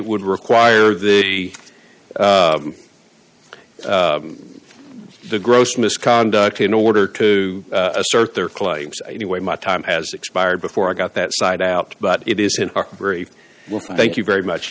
would require the the gross misconduct in order to assert their claims anyway my time has expired before i got that side out but it isn't very well thank you very much